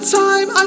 time